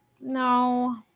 No